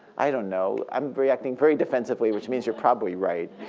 you know i'm reacting very defensively, which means you're probably right.